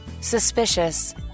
Suspicious